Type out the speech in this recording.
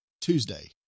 Tuesday